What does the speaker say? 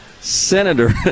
Senator